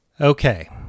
okay